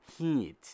heat